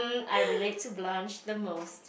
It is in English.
I relate to Blanch the most